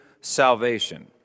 salvation